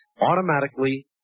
automatically